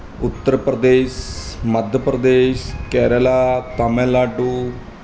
Uttar Pradesh Madhya Pradesh Kerala Tamil Nadu